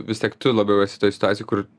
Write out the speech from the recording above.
vis tiek tu labiau esi toj situacijoj kur